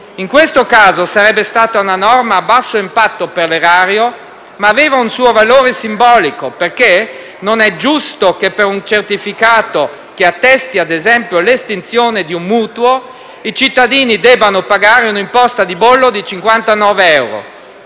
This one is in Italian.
In questo caso sarebbe stata una norma a basso impatto per l'erario, ma aveva un suo valore simbolico, perché non è giusto che per un certificato che attesti ad esempio l'estinzione di un mutuo, i cittadini debbano pagare un'imposta di bollo di 59 euro.